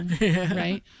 right